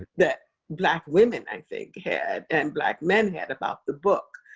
that black women i think had, and black men had about the book.